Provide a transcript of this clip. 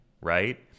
right